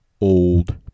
old